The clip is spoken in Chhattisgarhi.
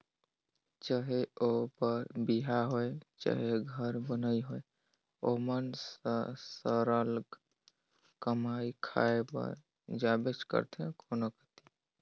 चहे ओ बर बिहा होए चहे घर बनई होए ओमन सरलग कमाए खाए बर जाबेच करथे कोनो कती